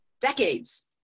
decades